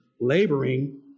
laboring